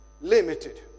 limited